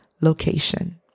location